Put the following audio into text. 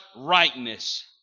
rightness